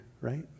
right